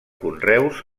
conreus